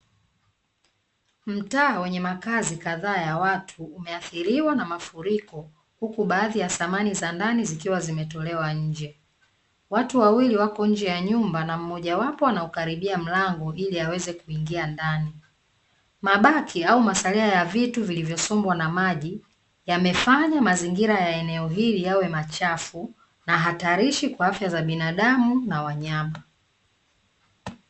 Mtaa wenye makazi kadhaa ya watu umeathiriwa na maafuriko huku baadhi ya samani za ndani zikiwa zimetolewa nje, watu wawili wako nje ya nyumba na mmojawapo anaukaribia mlango ili aweze kuingia ndani. Mabaki au masalia ya vitu vilivyosombwa na maji yamefanya mazingira ya eneo hili yawe machafu na hatarishi kwa afya za binadamu na wanyama.